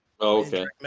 Okay